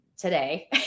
today